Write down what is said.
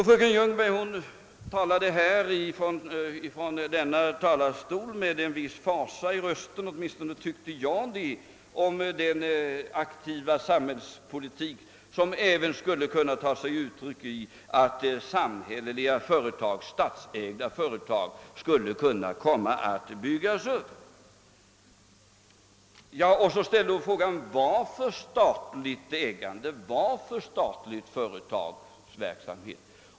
Fröken Ljungberg talade från denna talarstol med en viss fasa i rösten — åtminstone tyckte jag det — om den aktiva samhällspolitik som även skulle kunna ta sig uttryck i att statsägda företag komme att byggas upp. Hon ställde frågan: Varför statligt ägande, varför statlig företagsverksamhet?